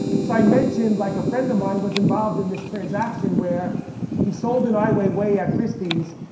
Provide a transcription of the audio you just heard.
so i mentioned like a friend of mine was involved in this transaction where he sold an ai weiwei at christie's.